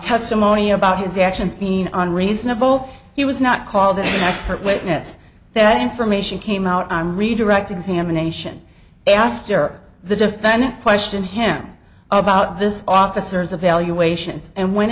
testimony about his actions being unreasonable he was not called an expert witness that information came out on redirect examination after the defendant questioned him about this officers of valuations and went